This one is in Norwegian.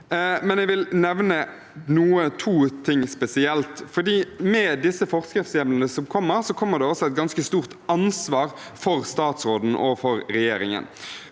jeg nevne to ting spesielt, for med disse forskriftshjemlene som kommer, kommer det også et ganske stort ansvar for statsråden og regjeringen.